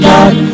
God